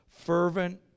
fervent